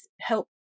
help